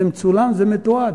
זה מצולם, זה מתועד.